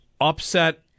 upset